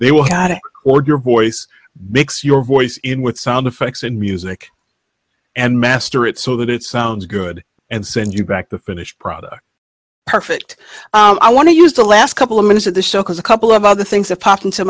they will hire or your voice makes your voice in with sound effects and music and master it so that it sounds good and send you back the finished product perfect i want to use the last couple of minutes of the show because a couple of other things that pop into